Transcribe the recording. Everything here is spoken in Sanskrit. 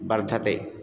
वर्धते